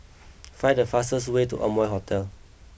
find the fastest way to Amoy Hotel